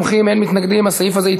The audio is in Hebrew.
אוסאמה סעדי ועבדאללה אבו מערוף,